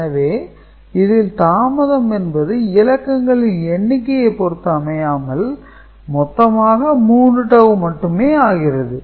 எனவே இதில் தாமதம் என்பது இலக்கங்களின் எண்ணிக்கையைப் பொருத்து அமையாமல் மொத்தமாக 3 டவூ மட்டுமே ஆகிறது